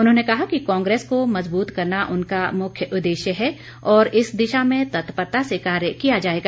उन्होंने कहा कि कांग्रेस को मजबूत करना उनका मुख्य उद्देश्य है और इस दिशा में तत्परता से कार्य किया जाएगा